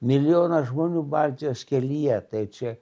milijonas žmonių baltijos kelyje tai čia